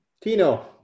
Tino